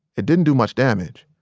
it didn't do much damage.